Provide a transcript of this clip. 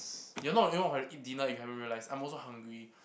you're not the only one who hadn't eat dinner if you haven't realise I'm also hungry